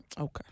Okay